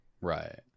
Right